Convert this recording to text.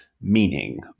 meaning